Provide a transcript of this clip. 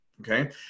okay